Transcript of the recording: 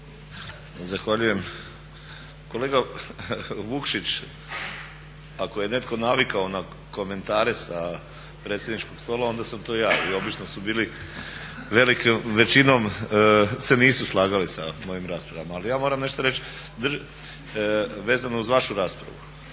Zahvaljujem. Kolega Vukšić, ako je netko navikao na komentare sa predsjedničko stola onda sam to ja i obično su to bili većinom se nisu slagali sa mojim raspravama. Ali ja moramo nešto reći vezano uz vašu raspravu.